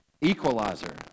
equalizer